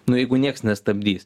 nu jeigu nieks nestabdys